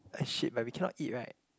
eh shit but we cannot eat right